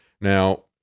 Now